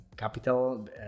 capital